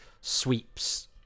sweeps